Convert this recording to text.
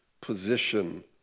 position